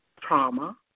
trauma